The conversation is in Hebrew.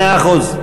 מאה אחוז.